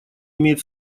имеет